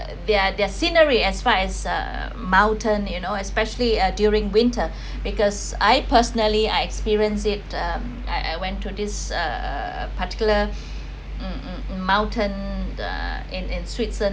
their their scenery as far as uh mountain you know especially during winter because I personally I experience it um I I went to this err particular mm mountain uh in in switzerland